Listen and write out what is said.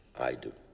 i do.